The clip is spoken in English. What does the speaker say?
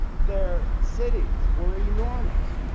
their cities were enormous.